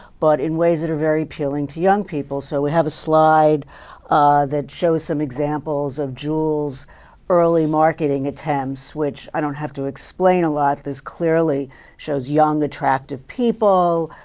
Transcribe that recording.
but in ways that are very appealing to young people. so we have a slide that shows some examples of juul's early marketing attempts, which i don't have to explain a lot. this clearly shows young, attractive people